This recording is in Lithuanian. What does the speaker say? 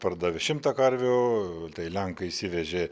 pardavė šimtą karvių tai lenkai išsivežė